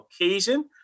occasion